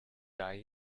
die